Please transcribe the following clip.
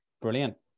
Brilliant